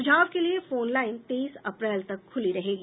सुझाव के लिए फोन लाईन तेईस अप्रैल तक खुली रहेगी